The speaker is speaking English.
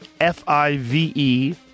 f-i-v-e